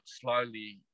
slowly